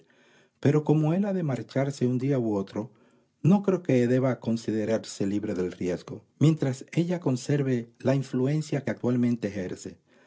pero como él ha de marcharse un día u otro no creo que deba considerarse libre del riesgo mientras ella conserve la influencia que actualmente ejerce